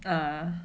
err